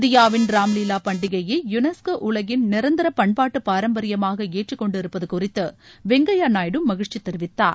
இந்தியாவின் ராம் லீலா பண்டிகையை யூனெஸ்கோ உலகின் நிரந்திர பண்பாட்டு பாரம்பரியமாக ஏற்றுக்கொண்டிருப்பது குறித்து வெங்கய்யா நாயுடு மகிழச்சி தெரிவித்தார்